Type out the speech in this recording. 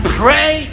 pray